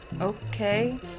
Okay